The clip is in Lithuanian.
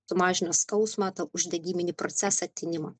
sumažina skausmą tą uždegiminį procesą tinimą